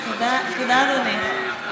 תודה, אדוני.